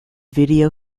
video